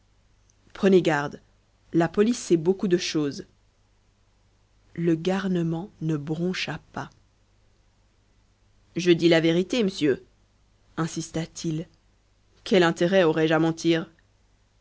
prenez garde la police sait beaucoup de choses le garnement ne broncha pas je dis la vérité m'sieu insista t il quel intérêt